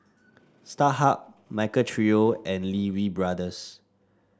Starhub Michael Trio and Lee Wee Brothers